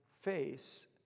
face